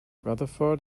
rutherford